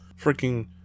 freaking